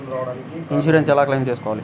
Insurance ఎలా claim చేయాలి?